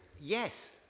Yes